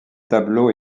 tableau